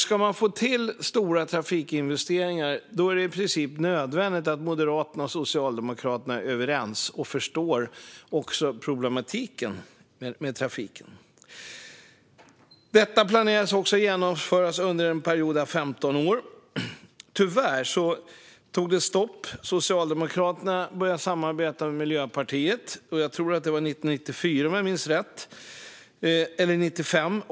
Ska man få till stora trafikinvesteringar är det i princip nödvändigt att Moderaterna och Socialdemokraterna är överens och förstår problematiken med trafiken. Detta planerades genomföras under en period av 15 år. Tyvärr tog det stopp. Socialdemokraterna började samarbeta med Miljöpartiet; jag tror att det var 1994 eller 95.